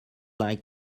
line